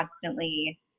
constantly